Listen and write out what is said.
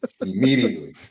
immediately